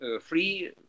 free